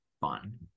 fun